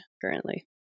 currently